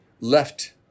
left